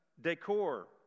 decor